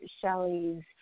Shelley's